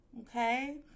okay